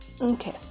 okay